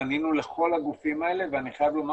ופנינו לכל הגופים האלה ואני חייב לומר